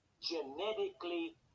genetically